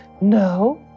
no